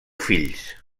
fills